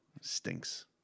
stinks